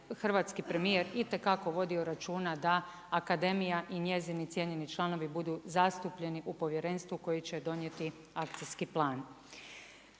hrvatski premijer itekako vodio računa da akademija i njezini cijenjeni članovi budu zastupljeni u povjerenstvu koji će donijeti akcijski plan.